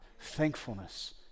thankfulness